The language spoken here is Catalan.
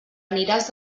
aniràs